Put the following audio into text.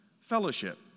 fellowship